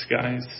guys